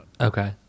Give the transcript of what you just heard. Okay